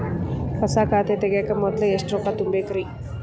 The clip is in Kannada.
ಹೊಸಾ ಖಾತೆ ತಗ್ಯಾಕ ಮೊದ್ಲ ಎಷ್ಟ ರೊಕ್ಕಾ ತುಂಬೇಕ್ರಿ?